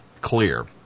clear